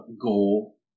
goal